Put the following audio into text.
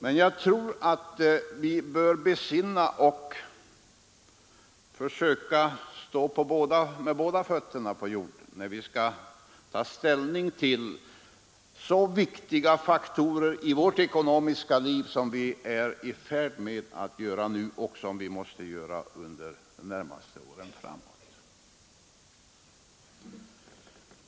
Men jag tror att vi bör besinna oss och försöka stå med båda fötterna på jorden när vi skall ta ställning till så viktiga faktorer i vårt ekonomiska liv, som vi nu är i färd med att ta ställning till och som vi måste ta ställning till under de närmaste åren.